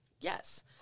yes